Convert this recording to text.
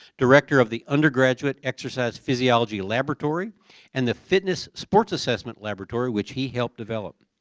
director of the undergraduate exercise physiology laboratory and the fitness sports assessment laboratory which he helped develop.